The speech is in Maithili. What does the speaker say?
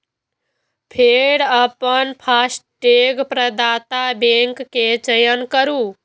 फेर अपन फास्टैग प्रदाता बैंक के चयन करू